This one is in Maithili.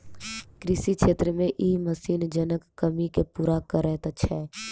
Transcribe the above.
कृषि क्षेत्र मे ई मशीन जनक कमी के पूरा करैत छै